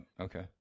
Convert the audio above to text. Okay